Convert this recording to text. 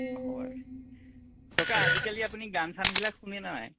হয় ককা আজিকালি আপুনি গান চানবিলাক শুনে নাই